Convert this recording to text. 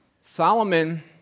Solomon